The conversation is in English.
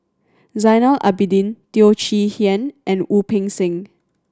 Zainal Abidin Teo Chee Hean and Wu Peng Seng